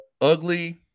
Ugly